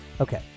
okay